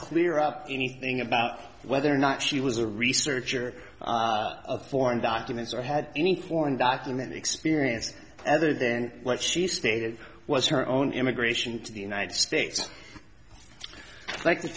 clear up anything about whether or not she was a researcher of foreign documents or had any for undocumented experience other than what she stated was her own immigration to the united states like